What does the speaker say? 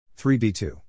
3b2